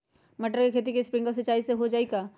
मटर के खेती स्प्रिंकलर सिंचाई से हो जाई का?